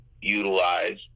utilize